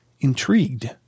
intrigued